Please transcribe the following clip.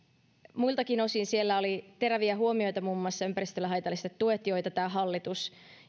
muiltakin osin siellä oli teräviä huomioita muun muassa ympäristölle haitallisista tuista joita tämä hallitus